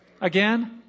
Again